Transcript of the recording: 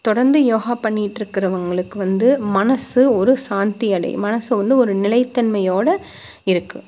தொடர்ந்து யோகா பண்ணிட்ருக்குறவங்களுக்கு வந்து மனசு ஒரு சாந்தி அடையும் மனசு வந்து ஒரு நிலைத்தன்மையோட இருக்கும்